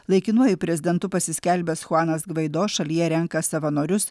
laikinuoju prezidentu pasiskelbęs chuanas gvaido šalyje renka savanorius